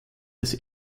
des